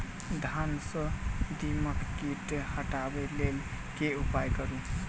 धान सँ दीमक कीट हटाबै लेल केँ उपाय करु?